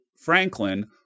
Franklin